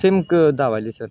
same क दाखवत आहे सर